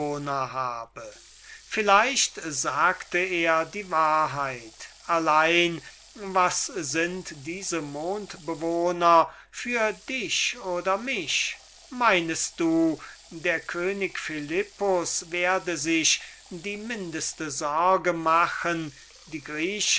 habe vielleicht sagte er die wahrheit allein was sind diese mondbewohner für uns meinest du der könig philippus werde sich die mindeste sorge machen die